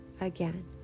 Again